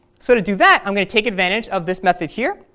so to do that i'm going to take advantage of this method here.